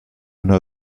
know